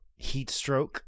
Heatstroke